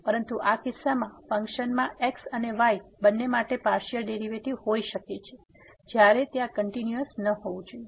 પરંતુ આ કિસ્સામાં ફંક્શનમાં x અને y બંને માટે પાર્સીઅલ ડેરીવેટીવ હોઈ શકે છે જ્યારે ત્યાં કંટીન્યુઅસ ન હોવું જોઈએ